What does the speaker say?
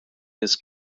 his